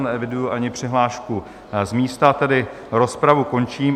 Neeviduji ani přihlášku z místa, tedy rozpravu končím.